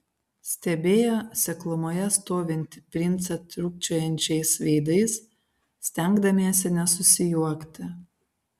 stebėjo seklumoje stovintį princą trūkčiojančiais veidais stengdamiesi nesusijuokti